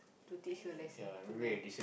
to teach you a lesson to learn